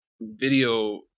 video